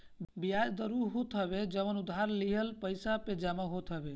बियाज दर उ होत हवे जवन उधार लिहल पईसा पे जमा होत हवे